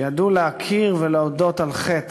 שידעו להכיר ולהודות בחטא,